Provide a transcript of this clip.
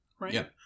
right